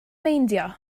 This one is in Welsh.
meindio